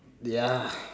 ya